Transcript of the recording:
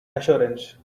assurance